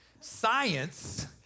science